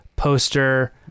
poster